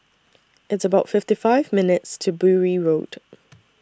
It's about fifty five minutes' to Bury Road